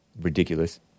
Ridiculous